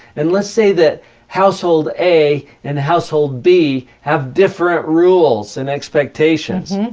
and let's say that household a and household b have different rules and expectations.